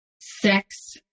sex